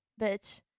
bitch